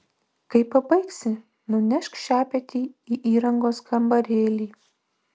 kai pabaigsi nunešk šepetį į įrangos kambarėlį